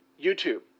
YouTube